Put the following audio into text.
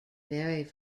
very